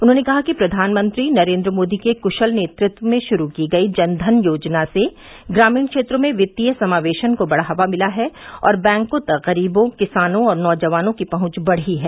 उन्होंने कहा कि प्रधानमंत्री नरेंद्र मोदी के क्शल नेतृत्व में शुरू की गयी जन धन योजना से ग्रामीण क्षेत्रों में वित्तीय समावेशन को बढ़ावा मिला है और बैंकों तक गरीबों किसानों और नौजवानों की पहंच बढ़ी है